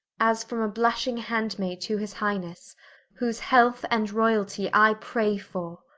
as from a blushing handmaid, to his highnesse whose health and royalty i pray for